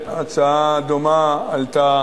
הצעה דומה עלתה